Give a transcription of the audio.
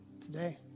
today